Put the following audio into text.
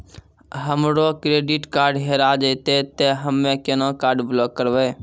हमरो credit card हेरा जेतै ते हम्मय केना कार्ड ब्लॉक करबै?